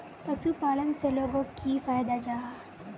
पशुपालन से लोगोक की फायदा जाहा?